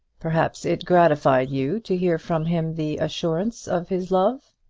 perhaps it gratified you to hear from him the assurance of his love?